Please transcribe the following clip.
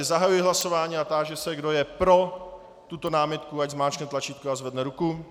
Zahajuji tedy hlasování a táži se, kdo je pro tuto námitku, ať zmáčkne tlačítko a zvedne ruku.